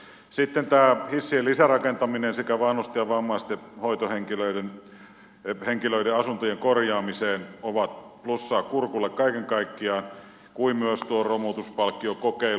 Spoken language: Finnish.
sitten hissien lisärakentaminen sekä avustukset vanhusten ja vammaisten henkilöiden asuntojen korjaamiseen ovat plussaa kurkulle kaiken kaikkiaan kuten myös tuo romutuspalkkiokokeilu